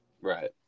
Right